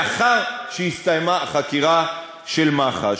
לאחר שהסתיימה החקירה של מח"ש.